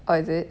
orh is it